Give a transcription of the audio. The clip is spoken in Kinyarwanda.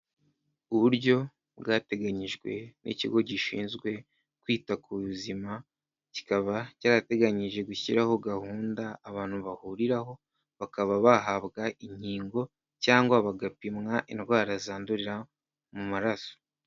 Uburyo bwateganyijwe n'ikigo gishinzwe kwita ku buzima, kikaba cyarateganyije gushyiraho gahunda abantu bahuriraho bakaba bahabwa inkingo cyangwa bagapimwa indwara zandurira mu maraso.